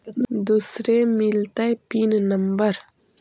दुसरे मिलतै pin number?